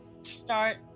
start